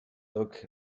look